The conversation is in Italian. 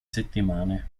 settimane